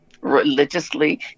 religiously